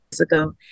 ago